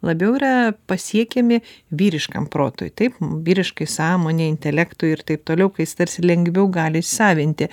labiau yra pasiekiami vyriškam protui taip vyriškai sąmonei intelektui ir taip toliau kai jis tarsi lengviau gali įsisavinti